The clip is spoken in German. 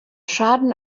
schaden